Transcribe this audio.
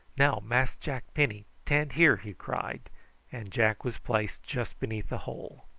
now, mas' jack penny, tan' here, he cried and jack was placed just beneath the hole.